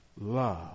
love